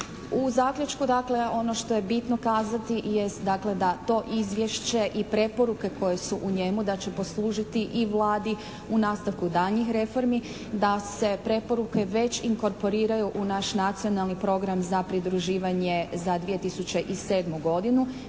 U zaključku dakle ono što je bitno kazati jest dakle da to izvješće i preporuke koje su u njemu da će poslužiti i Vladi u nastavku daljnjih reformi. Da se preporuke već inkorporiraju u naš nacionalni program za pridruživanje za 2007. godinu,